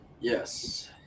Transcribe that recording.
Yes